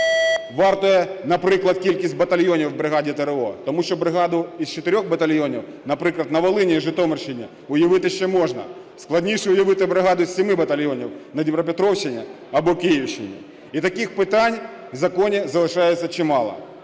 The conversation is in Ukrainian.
варте, наприклад, кількість батальйонів в бригаді ТрО. Тому що бригаду із 4 батальйонів, наприклад, на Волині і Житомирщині уявити ще можна, складніше уявити бригаду із 7 батальйонів на Дніпропетровщині або Київщині. І таких питань в законі залишається чимало.